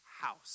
house